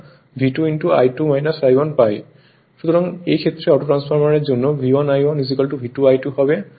সুতরাং এই ক্ষেত্রে অটোট্রান্সফরমারের জন্য V1 I1 V2 I2 হবে